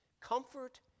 comfort